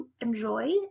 enjoy